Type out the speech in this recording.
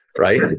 right